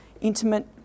Intimate